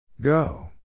Go